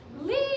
leave